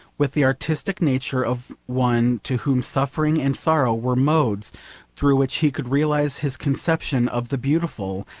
with the artistic nature of one to whom suffering and sorrow were modes through which he could realise his conception of the beautiful,